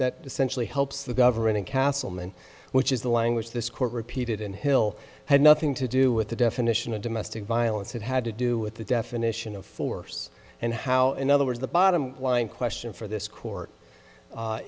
that that essentially helps the government and cast amen which is the language of this court repeated in hill had nothing to do with the definition of domestic violence it had to do with the definition of force and how in other words the bottom line question for this court